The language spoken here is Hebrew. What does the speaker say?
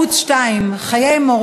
3971 ו-3983: תחקיר ערוץ 2: חיי מורה,